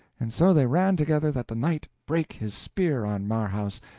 and so they ran together that the knight brake his spear on marhaus,